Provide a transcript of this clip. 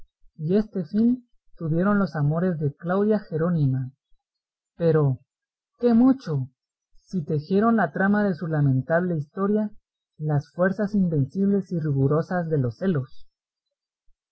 tuvieron los amores de claudia jerónima pero qué mucho si tejieron la trama de su lamentable historia las fuerzas invencibles y rigurosas de los celos